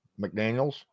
McDaniels